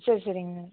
சரி சரிங்க